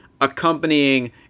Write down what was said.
accompanying